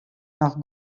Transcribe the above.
noch